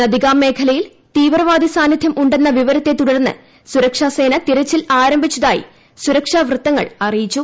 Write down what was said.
നദിഗാം മേഖലയിൽ തീവ്രവാദി സാന്നിധ്യം ഉണ്ടെന്ന വിവരത്തെ തുടർന്ന് സുരക്ഷാ സേന തെരച്ചിൽ ആരംഭിച്ചതായി സുരക്ഷാ വൃത്തങ്ങൾ അറിയിച്ചു